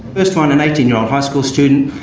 the first one, an eighteen year old high school student.